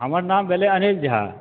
हमर नाम भेलै अनिल झा